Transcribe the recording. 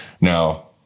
Now